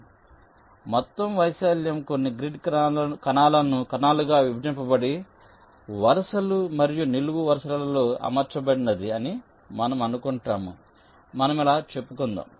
కాబట్టి మొత్తం వైశాల్యం కొన్ని గ్రిడ్ కణాలుగా విభజింపబడి వరుసలు మరియు నిలువు వరుసలలో అమర్చబడినది అని మనము అనుకుంటాము మనము ఇలా చెప్పుకుందాం